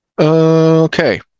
Okay